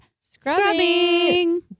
Scrubbing